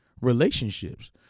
relationships